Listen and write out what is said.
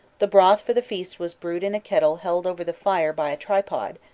the broth for the feast was brewed in a kettle held over the fire by a tripod,